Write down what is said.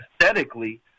aesthetically